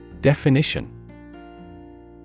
Definition